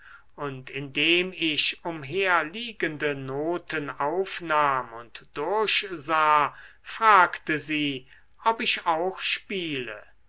und indem ich umherliegende noten aufnahm und durchsah fragte sie ob ich auch spiele